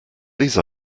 these